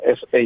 SA